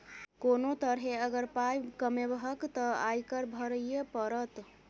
कोनो तरहे अगर पाय कमेबहक तँ आयकर भरइये पड़त